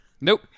nope